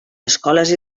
escoles